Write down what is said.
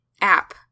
app